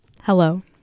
Hello